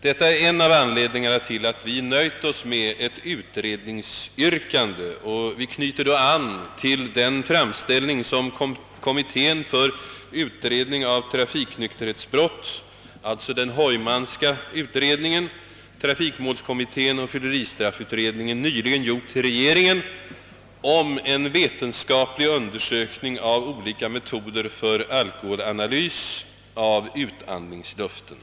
Detta är en av anledningarna till att vi nöjt oss med ett utredningsyrkande. Vi anknyter då till den framställning kommittén för utredning av trafiknykterhetsbrott — alltså den Heumanska utredningen — trafikmålskommittén och fyleristraffutredningen nyligen gjort till regeringen om en vetenskaplig undersökning av olika metoder för alkolholanalys av utandningsluften.